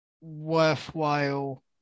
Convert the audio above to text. worthwhile